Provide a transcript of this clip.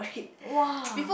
!wah!